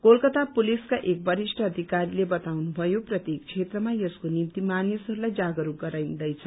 कोलकता पुलिसका एक वरिष्ट अधिकारीले बताउनुभयो प्रत्येक क्षेत्रमा यसको निम्ति मानिसहरूलाई जागरूक गरिन्दैछ